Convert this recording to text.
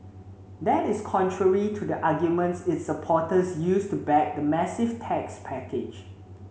that is contrary to the arguments its supporters used to back the massive tax package